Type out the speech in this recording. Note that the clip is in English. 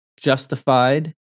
justified